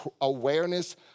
awareness